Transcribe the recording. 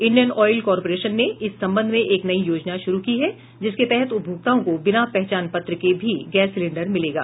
Indian Oil Corporation ने इस संबंध में एक नई योजना शुरू की है जिसके तहत उपभोक्ताओं को बिना पहचान पत्र के भी गैस सिलेंडर मिलेगा